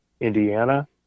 Indiana